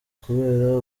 kubera